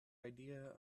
idea